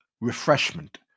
refreshment